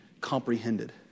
comprehended